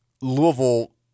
Louisville